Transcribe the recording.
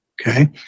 Okay